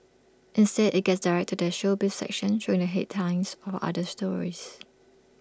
instead IT gets directed to their showbiz section showing the headlines for other stories